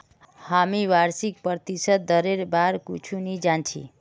हामी वार्षिक प्रतिशत दरेर बार कुछु नी जान छि